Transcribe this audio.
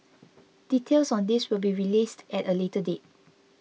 details on this will be released at a later date